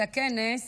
את הכנס